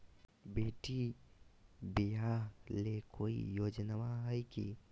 बेटी ब्याह ले कोई योजनमा हय की?